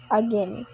again